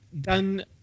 done